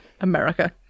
America